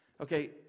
Okay